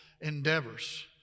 endeavors